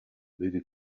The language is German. möge